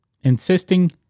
Insisting